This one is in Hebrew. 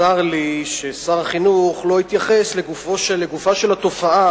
צר לי ששר החינוך לא התייחס לגופה של התופעה,